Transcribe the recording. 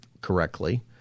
correctly